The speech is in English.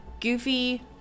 Goofy